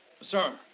sir